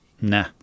Nah